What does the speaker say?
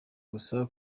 gusa